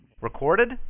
Recorded